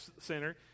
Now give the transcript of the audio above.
Center